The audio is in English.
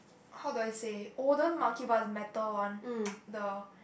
how do I say olden monkey bars metal [one] the